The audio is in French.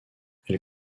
elle